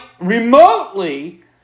remotely